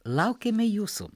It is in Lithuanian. laukiame jūsų